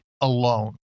alone